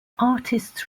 artists